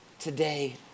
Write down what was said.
today